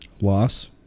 loss